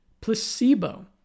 placebo